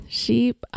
sheep